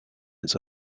its